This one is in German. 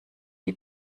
die